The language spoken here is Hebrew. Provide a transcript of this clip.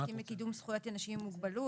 העוסקים בקידום זכויות אנשים עם מוגבלות,